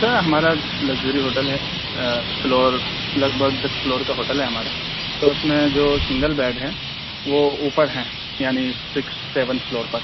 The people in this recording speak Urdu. سر ہمارا لگزری ہوٹل ہے فلور لگ بھگ دس فلور کا ہوٹل ہے ہمارا تو اس میں جو سنگل بیڈ ہے وہ اوپر ہیں یعنی سکس سیون فلور پر